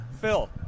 Phil